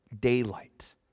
daylight